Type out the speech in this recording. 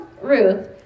Ruth